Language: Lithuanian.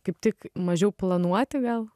kaip tik mažiau planuoti gal